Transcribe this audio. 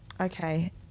Okay